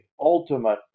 ultimate